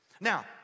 Now